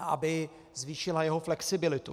Aby zvýšila jeho flexibilitu.